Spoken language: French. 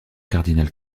cardinal